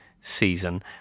season